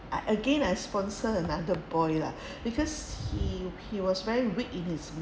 uh again I sponsor another boy lah because he he was very weak in his